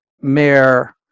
mayor